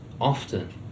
often